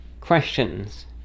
questions